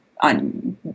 on